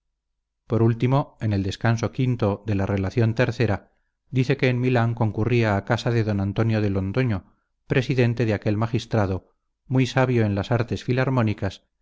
por último en el descanso v de la relación iii dice que en milán concurría a casa de d antonio de londoño presidente de aquel magistrado muy sabio en las artes filarmónicas